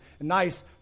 nice